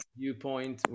viewpoint